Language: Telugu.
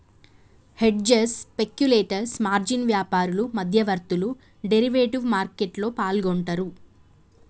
హెడ్జర్స్, స్పెక్యులేటర్స్, మార్జిన్ వ్యాపారులు, మధ్యవర్తులు డెరివేటివ్ మార్కెట్లో పాల్గొంటరు